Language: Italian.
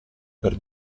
per